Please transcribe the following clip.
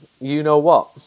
you-know-what